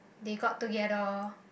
they got together